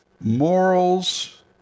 morals